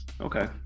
okay